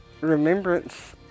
remembrance